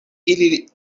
ili